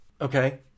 Okay